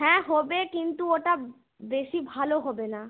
হ্যাঁ হবে কিন্তু ওটা বেশি ভালো হবে না